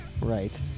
Right